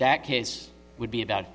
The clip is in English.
that case would be about